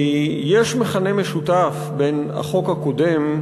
כי יש מכנה משותף בין החוק הקודם,